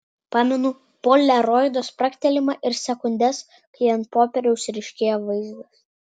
pamenu poliaroido spragtelėjimą ir sekundes kai ant popieriaus ryškėja vaizdas